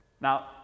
Now